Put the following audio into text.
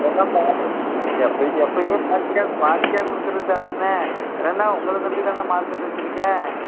அதெல்லாம் எப்ப எப்போயுமே வாடிக்கையாக வாடிக்கையாக கொடுக்குறதுதானண்ணே ஏன்னால் உங்கள நம்பிதானே மார்க்கெட்டு வைச்சிருக்கேன்